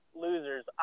Losers